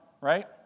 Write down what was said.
right